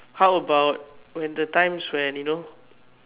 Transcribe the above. how about when the times when you know